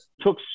took